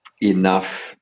enough